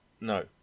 No